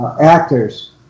actors